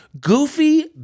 goofy